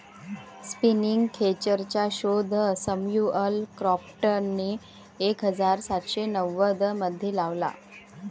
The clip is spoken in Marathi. स्पिनिंग खेचरचा शोध सॅम्युअल क्रॉम्प्टनने एक हजार सातशे नव्वदमध्ये लावला